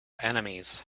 enemies